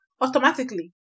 automatically